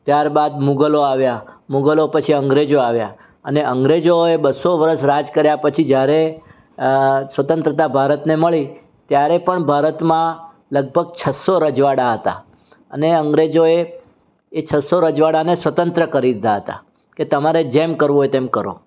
ત્યાર બાદ મુગલો આવ્યા મુગલો પછી અંગ્રેજો આવ્યા અને અંગ્રેજોએ બસો વરસ રાજ કર્યા પછી જયારે સ્વતંત્રતા ભારતને મળી ત્યારે પણ ભારતમાં લગભગ છસો રજવાડા હતા અને અંગ્રેજોએ એ છસો રજવાડાને સ્વતંત્ર કરી દીધા હતાં કે તમારે જેમ કરવું હોય તેમ કરો